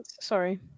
Sorry